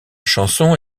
chanson